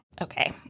Okay